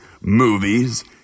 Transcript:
movies